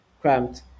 cramped